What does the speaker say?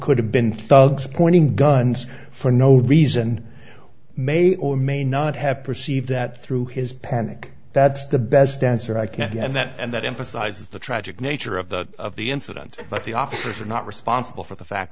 could have been thugs pointing guns for no reason may or may not have perceived that through his panic that's the best answer i can get that and that empathy this is the tragic nature of the of the incident but the officers are not responsible for the fact